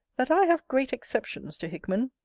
that i have great exceptions to hickman.